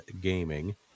Gaming